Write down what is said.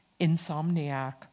insomniac